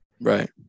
right